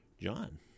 John